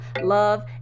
love